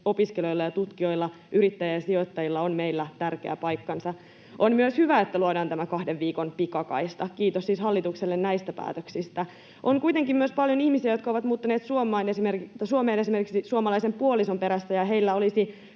opiskelijoilla ja tutkijoilla, yrittäjillä ja sijoittajilla on tärkeä paikkansa. On myös hyvä, että luodaan tämä kahden viikon pikakaista. Kiitos siis hallitukselle näistä päätöksistä. On kuitenkin myös paljon ihmisiä, jotka ovat muuttaneet Suomeen esimerkiksi suomalaisen puolison perässä, ja heillä olisi